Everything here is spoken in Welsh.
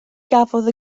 gafodd